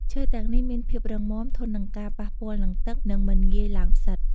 ឈើទាំងនេះមានភាពរឹងមាំ ធន់នឹងការប៉ះពាល់នឹងទឹក និងមិនងាយឡើងផ្សិត។